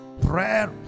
Prayer